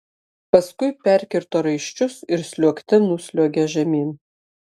paskui perkirto raiščius ir sliuogte nusliuogė žemyn